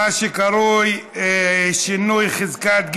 כי הונחה היום על שולחן הכנסת,